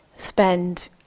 spend